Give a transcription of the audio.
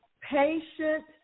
patient